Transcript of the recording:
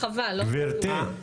גבירתי,